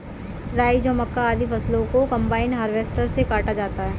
राई, जौ, मक्का, आदि फसलों को कम्बाइन हार्वेसटर से काटा जाता है